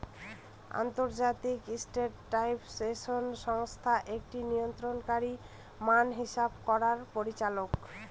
আন্তর্জাতিক স্ট্যান্ডার্ডাইজেশন সংস্থা একটি নিয়ন্ত্রণকারী মান হিসাব করার পরিচালক